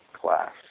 class